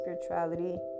spirituality